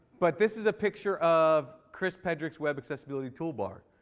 but this is a picture of chris pederick's web accessibility toolbar.